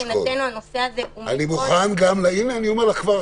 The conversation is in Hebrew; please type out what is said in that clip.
עדיין מבחינתנו הנושא הזה --- אני כבר עכשיו אומר לך,